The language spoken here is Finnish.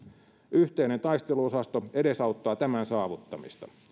yhteinen taisteluosasto edesauttaa tämän saavuttamista